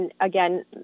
again